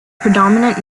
predominant